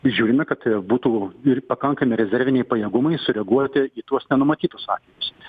žiūrime kad būtų ir pakankami rezerviniai pajėgumai sureaguoti į tuos nenumatytus atvejus